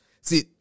See